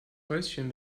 häuschen